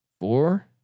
four